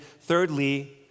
thirdly